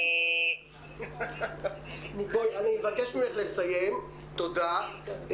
הם --- אבקש ממך לסיים, תודה.